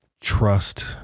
trust